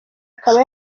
akaba